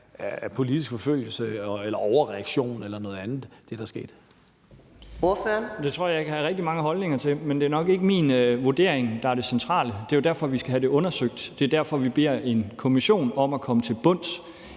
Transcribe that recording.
(Karina Adsbøl): Ordføreren. Kl. 13:24 Torsten Schack Pedersen (V): Det tror jeg jeg kan have rigtig mange holdninger til, men det er nok ikke min vurdering, der er det centrale. Det er jo derfor, vi skal have det undersøgt. Det er derfor, vi beder en kommission om at komme til bunds,